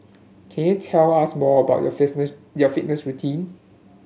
can you tell us more about your your fitness routine